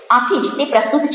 આથી જ તે પ્રસ્તુત છે